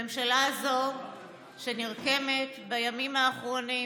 הממשלה הזאת שנרקמת בימים האחרונים,